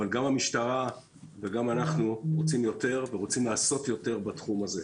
אבל גם המשטרה וגם אנחנו רוצים יותר ולעשות יותר בתחום הזה.